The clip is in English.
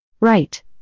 Right